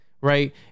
right